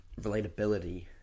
relatability